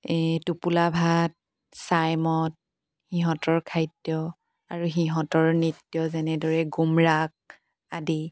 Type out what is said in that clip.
এই টোপোলা ভাত ছাইমদ সিহঁতৰ খাদ্য আৰু সিহঁতৰ নৃত্য যেনেদৰে গুমৰাগ আদি